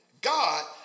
God